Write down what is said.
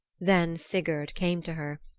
then sigurd came to her,